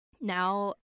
now